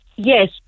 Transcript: Yes